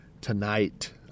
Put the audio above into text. tonight